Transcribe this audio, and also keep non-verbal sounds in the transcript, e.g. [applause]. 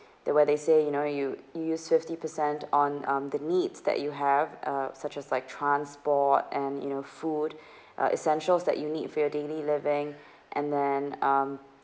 the where they say you know you use fifty percent on um the needs that you have uh such as like transport and you know food [breath] uh essentials that you need for your daily living and then um